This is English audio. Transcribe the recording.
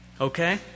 Okay